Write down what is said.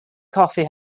coffee